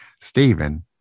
Stephen